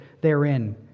therein